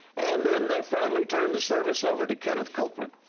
and then they finally turned the service over to kenneth copeland.